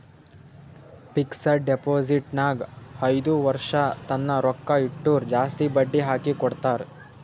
fixed deposit ನಾಗ್ ಐಯ್ದ ವರ್ಷ ತನ್ನ ರೊಕ್ಕಾ ಇಟ್ಟುರ್ ಜಾಸ್ತಿ ಬಡ್ಡಿ ಹಾಕಿ ಕೊಡ್ತಾರ್